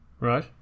right